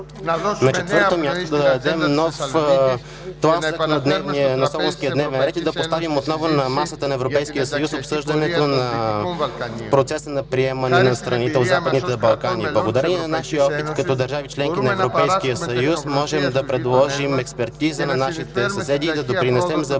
на четвърто място, да дадем нов тласък на солунския дневен ред и да поставим отново на масата на Европейския съюз обсъждането на процеса на приемането в Съюза на страните от Западните Балкани. Благодарение на нашия опит като държави- членки на Европейския съюз, можем да предложим експертиза на нашите съседи и да допринесем за